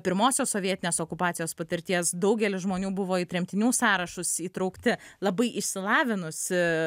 pirmosios sovietinės okupacijos patirties daugelis žmonių buvo į tremtinių sąrašus įtraukti labai išsilavinusi